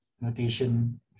notation